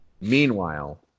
Meanwhile